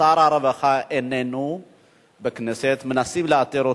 שר הרווחה איננו בכנסת, מנסים לאתר אותו.